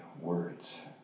words